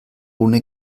ohne